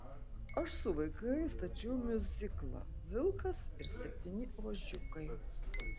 aš su vaikais stačiau miuziklą vilkas ir septyni ožiukai